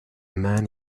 man